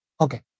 okay